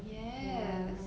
yes